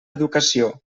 educació